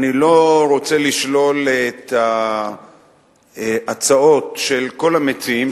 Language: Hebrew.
אני לא רוצה לשלול את ההצעות של כל המציעים,